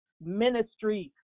ministry